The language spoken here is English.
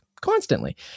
constantly